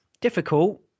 difficult